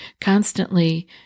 constantly